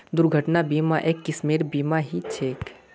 दुर्घटना बीमा, एक किस्मेर बीमा ही ह छे